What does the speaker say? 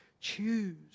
Choose